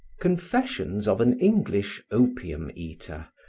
confessions of an english opium-eater,